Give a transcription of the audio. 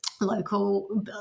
Local